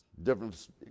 different